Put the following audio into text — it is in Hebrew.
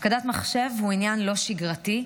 הפקדת מחשב היא עניין לא שגרתי,